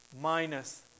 minus